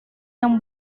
yang